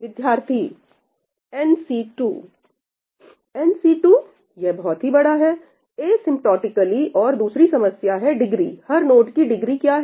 विद्यार्थी nC2 nC2 यह बहुत ही बड़ा है एसिंपटोटिकली और दूसरी समस्या है डिग्री हर नोड की डिग्री क्या है